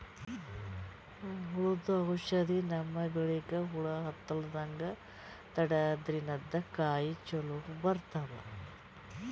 ಹುಳ್ದು ಔಷಧ್ ನಮ್ಮ್ ಬೆಳಿಗ್ ಹುಳಾ ಹತ್ತಲ್ಲ್ರದಂಗ್ ತಡ್ಯಾದ್ರಿನ್ದ ಕಾಯಿ ಚೊಲೋ ಬರ್ತಾವ್